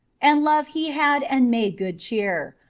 and love he had and made good cheer,